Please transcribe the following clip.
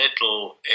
little